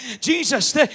Jesus